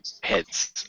heads